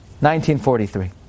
1943